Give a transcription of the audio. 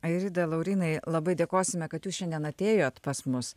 airida laurynai labai dėkosime kad jūs šiandien atėjot pas mus